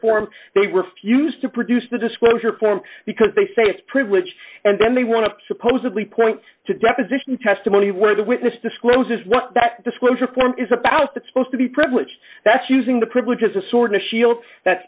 form they refuse to produce the disclosure form because they say it's privileged and then they want to supposedly point to deposition testimony where the witness discloses what that disclosure form is about that supposed to be privileged that's using the privilege is a sword and shield that's